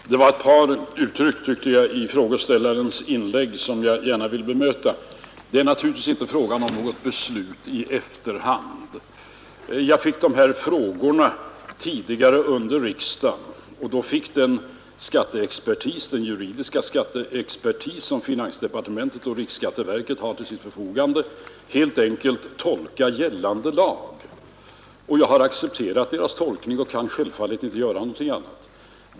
Fru talman! Det var ett par uttryck i frågeställarens inlägg som jag Torsdagen den gärna vill bemöta. 18 maj 1972 Det är naturligtvis inte fråga om något beslut i efterhand. Jag fick de här frågorna tidigare under riksdagen, och då fick den juridiska skatteexpertis som finansdepartementet och riksskatteverket har till sitt förfogande helt enkelt tolka gällande lag. Jag har accepterat deras tolkning och kan självfallet inte göra någonting annat.